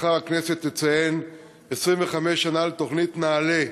מחר הכנסת תציין 25 שנה לתוכנית נעל"ה,